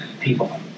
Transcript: people